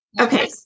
Okay